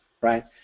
right